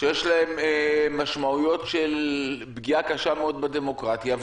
שיש להם משמעויות של פגיעה קשה מאוד בדמוקרטיה,